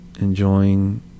enjoying